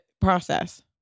process